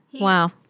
Wow